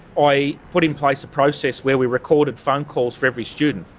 i put in place a process where we recorded phone calls for every student.